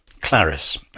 Clarice